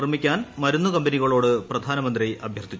നിർമിക്കാൻ മരുന്നു കമ്പനികളോട് പ്രധാനമന്ത്രി അഭ്യർത്ഥിച്ചു